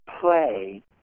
play